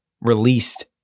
released